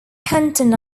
canton